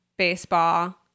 baseball